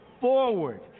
forward